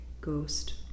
Ghost